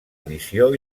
edició